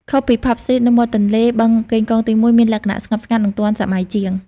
ខុសពី Pub Street និងមាត់ទន្លេ បឹងកេងកងទី១ មានលក្ខណៈស្ងប់ស្ងាត់ និងទាន់សម័យជាង។